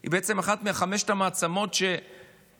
היא בעצם אחת מחמש המעצמות שנותנות,